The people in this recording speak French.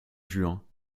juin